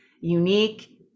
unique